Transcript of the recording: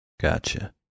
Gotcha